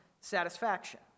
satisfaction